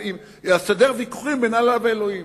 לסדר ויכוחים בין אללה ואלוהים.